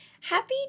Happy